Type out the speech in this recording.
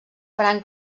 faran